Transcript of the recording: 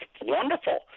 wonderful